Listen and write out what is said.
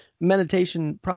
meditation